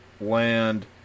land